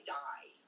die